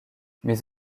mais